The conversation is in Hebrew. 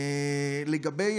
לגבי